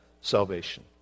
salvation